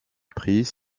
prix